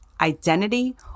identity